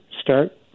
start